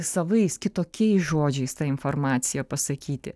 savais kitokiais žodžiais tą informaciją pasakyti